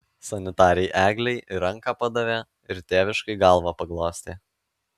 sanitarei eglei ir ranką padavė ir tėviškai galvą paglostė